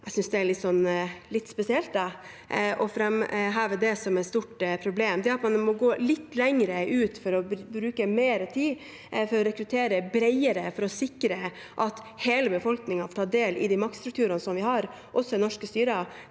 Jeg synes det er litt spesielt å framheve det som et stort problem. Det at man må gå litt lenger ut og bruke mer tid på å rekruttere bredere og sikre at hele befolkningen tar del i de maktstrukturene vi har, også i norske styrer,